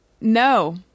No